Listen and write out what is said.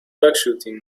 duckshooting